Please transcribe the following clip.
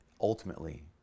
ultimately